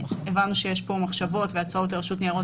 הבנו שיש פה מחשבות והצעות לרשות ניירות